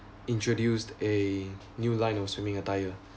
introduced a new line of swimming attire